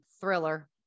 thriller